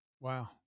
Wow